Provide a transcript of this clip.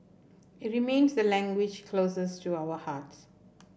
it remains the language closest to our hearts